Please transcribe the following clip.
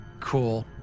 Cool